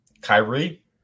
Kyrie